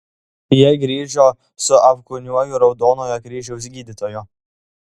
jie grįžo su apkūniuoju raudonojo kryžiaus gydytoju